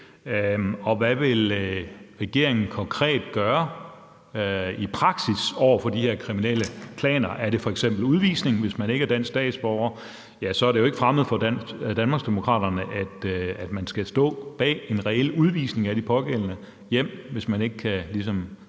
Og hvad vil regeringen konkret gøre i praksis over for de her kriminelle klaner? Er det f.eks. udvisning, hvis man ikke er dansk statsborger? Så er det jo ikke fremmed for Danmarksdemokraterne, at man skal stå bag en reel udvisning af de pågældende til hjemlandet, hvis de ikke